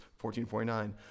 1449